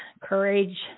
courage